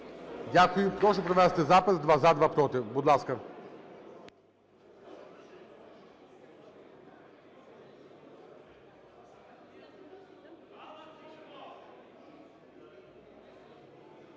Дякую. Прошу провести запис: два – за, два – проти. Будь ласка.